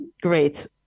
great